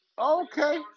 Okay